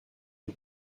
you